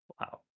Wow